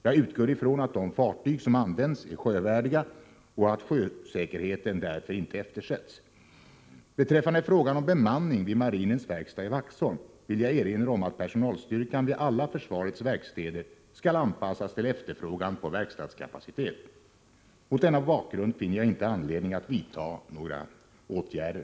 Jag utgår ifrån att de fartyg som används är sjövärdiga och att sjösäkerheten därför inte eftersätts. Beträffande frågan om bemanning vid marinens verkstad i Vaxholm vill jag erinra om att personalstyrkan vid alla försvarets verkstäder skall anpassas till efterfrågan på verkstadskapacitet. Mot denna bakgrund finner jag inte anledning att vidta några åtgärder.